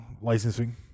Licensing